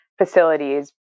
facilities